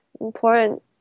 important